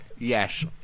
Yes